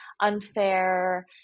unfair